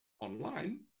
Online